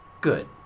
good